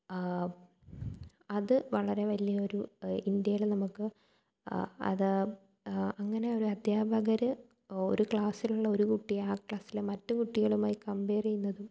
അത് വളരെ വലിയ ഒരു ഇന്ത്യേലെ നമുക്ക് അത് അങ്ങനെ ഒരു അദ്ധ്യാപകർ ഒരു ക്ലാസ്സിലുള്ള ഒരു കുട്ടി ആ ക്ലാസ്സിലെ മറ്റ് കുട്ടികളുമായി കംപേർ ചെയ്യുന്നതും